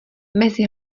mezi